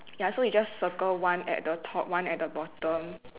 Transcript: ya so you just circle one at the top one at the bottom